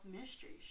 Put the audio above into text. mysteries